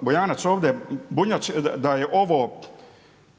Bunjac ovdje da je ovo